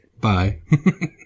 Bye